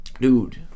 Dude